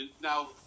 now